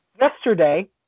Yesterday